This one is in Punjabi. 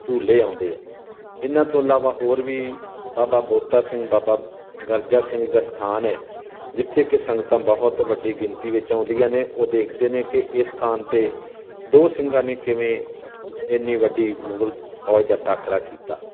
ਝੂਲੇ ਆਉਂਦੇ ਆ ਇਹਨਾਂ ਤੋਂ ਇਲਾਵਾ ਹੋਰ ਵੀ ਬਾਬਾ ਬੋਤਾ ਸਿੰਘ ਬਾਬਾ ਗਰਜ਼ਾ ਸਿੰਘ ਜੀ ਦਾ ਸਥਾਨ ਹੈ ਜਿੱਥੇ ਕਿ ਸੰਗਤਾਂ ਬਹੁਤ ਵੱਡੀ ਗਿਣਤੀ ਵਿੱਚ ਆਉਂਦੀਆਂ ਨੇ ਉਹ ਦੇਖਦੇ ਨੇ ਕਿ ਇਸ ਸਥਾਨ 'ਤੇ ਦੋ ਸਿੰਘਾਂ ਨੇ ਕਿਵੇਂ ਇੰਨੀ ਵੱਡੀ ਮੁਗਲ ਫੌਜ ਦਾ ਟਾਕਰਾ ਕੀਤਾ